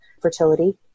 fertility